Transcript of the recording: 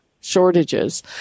shortages